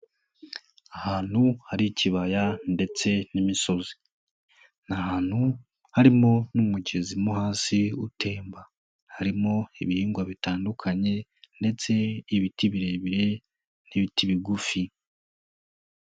Ahantu hari ikibaya ndetse n'imisozi, ni ahantu harimo n'umugezi mo hasi utemba, harimo ibihingwa bitandukanye ndetse ibiti birebire n'ibiti bigufi.